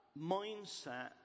mindset